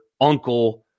uncle